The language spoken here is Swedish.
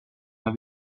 när